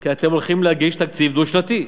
כי אתם הולכים להגיש תקציב דו-שנתי.